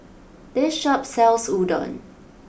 this shop sells Udon